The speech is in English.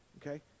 Okay